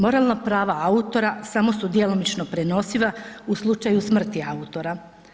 Moralna prava autora samo su djelomično prenosiva u slučaju smrti autora.